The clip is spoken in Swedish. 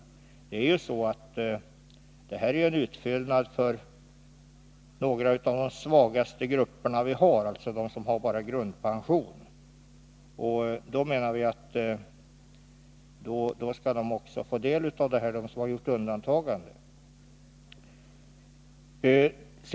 Det är en inkomstutfyllnad för några av de svagaste grupperna i samhället, alltså för dem med bara grundpension. Vi menar att även personer med undantag från ATP skall få ta del av denna förmån.